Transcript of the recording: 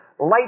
light